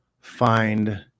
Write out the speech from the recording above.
find